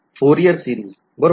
Fourier series बरोबर